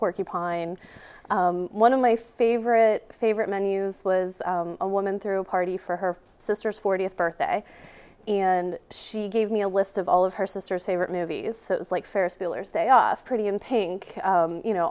porcupine one of my favorite favorite menus was a woman threw a party for her sister's fortieth birthday and she gave me a list of all of her sister's favorite movies so it was like ferris bueller's day off pretty in pink you know